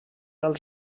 als